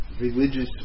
religious